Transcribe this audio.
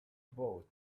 boat